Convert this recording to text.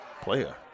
player